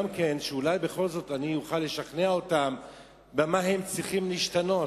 שאולי בכל זאת אוכל לשכנע אותם במה הם צריכים להשתנות,